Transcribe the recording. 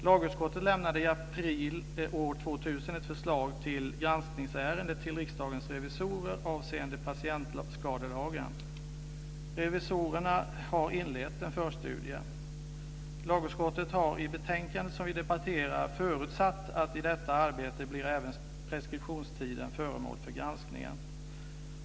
Lagutskottet lämnade i april år 2000 ett förslag till granskningsärende till Riksdagens revisorer avseende patientskadelagen. Revisorerna har inlett en förstudie. Lagutskottet har i det betänkande vi debatterar förutsatt att i detta arbete blir även preskriptionstiden föremål för granskningen.